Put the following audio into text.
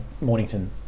Mornington